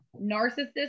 narcissist